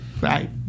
Right